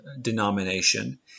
denomination